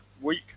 week